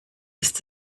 ist